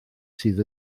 sydd